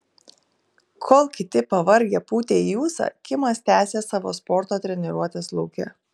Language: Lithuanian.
kol kiti pavargę pūtė į ūsą kimas tęsė savo sporto treniruotes lauke